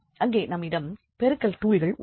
அங்கே நம்மிடம் பெருக்கல் டூல்கள் உள்ளது